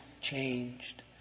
changed